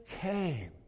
came